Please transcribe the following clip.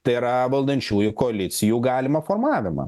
tai yra valdančiųjų koalicijų galimą formavimą